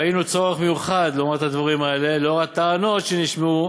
ראינו צורך מיוחד לומר את הדברים האלה לנוכח הטענות שנשמעו,